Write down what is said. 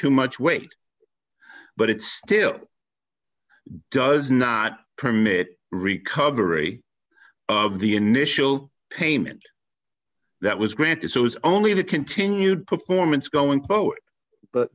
too much weight but it still does not permit recovery of the initial payment that was granted it was only the continued performance going to vote but